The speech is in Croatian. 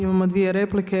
Imamo dvije replike.